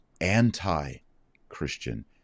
anti-Christian